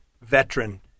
veteran